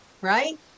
right